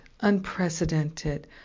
unprecedented